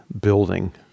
building